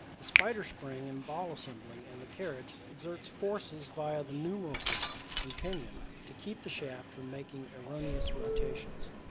the spider spring and ball assembly in and the carriage exerts forces via the numeral wheel and pinion to keep the shaft from making erroneous rotations.